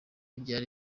byari